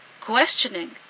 questioning